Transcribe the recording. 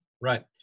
Right